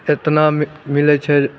केतना मिलै छै